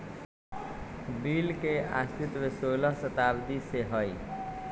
bill के अस्तित्व सोलह शताब्दी से हइ